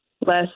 less